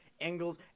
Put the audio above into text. Engels